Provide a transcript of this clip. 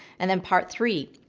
and then part three,